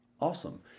Awesome